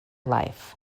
life